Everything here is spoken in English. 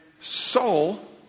soul